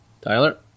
Tyler